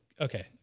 Okay